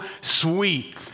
sweet